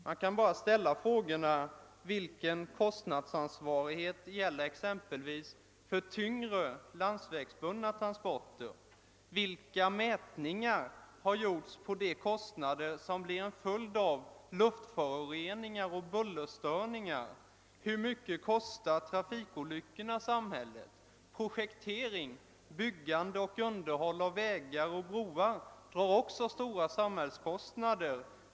Man kan bara ställa frågorna: Vilken kostnadsansvarighet gäller exempelvis för tyngre landsvägsbundna transporter? Vilka mätningar har gjorts beträffande de kostnader, som blir en följd av luftföroreningar och bullerstörningar? Hur mycket kostar trafikolyckorna samhället? Projektering, byggande och underhåll av vägar och broar drar också stora samhällskostnader.